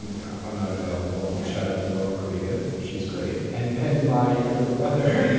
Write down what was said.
and you know if i'm not available shout out to laurel creative she's great. and then my younger brother.